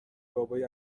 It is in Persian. بابای